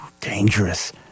dangerous